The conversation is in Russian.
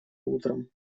утром